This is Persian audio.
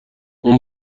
اون